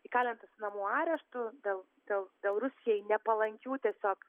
įkalintas namų areštu dėl dėl dėl rusijai nepalankių tiesiog